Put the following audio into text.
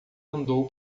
andou